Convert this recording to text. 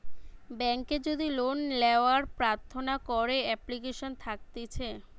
বেংকে যদি লোন লেওয়ার প্রার্থনা করে এপ্লিকেশন থাকতিছে